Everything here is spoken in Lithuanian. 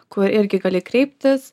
kur irgi gali kreiptis